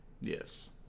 Yes